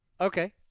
Okay